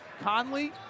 Conley